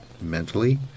mentally